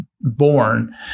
born